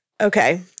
Okay